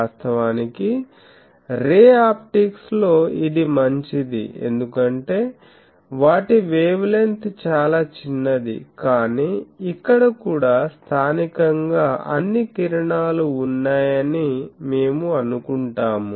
వాస్తవానికి ray optics లో ఇది మంచిది ఎందుకంటే వాటి వేవ్లెంగ్థ్ చాలా చిన్నది కానీ ఇక్కడ కూడా స్థానికంగా అన్ని కిరణాలు ఉన్నాయని మేము అనుకుంటాము